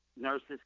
nurses